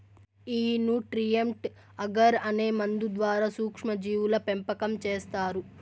ఈ nutrient agar అనే మందు ద్వారా సూక్ష్మ జీవుల పెంపకం చేస్తారు